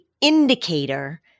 indicator